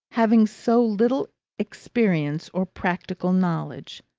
having so little experience or practical knowledge.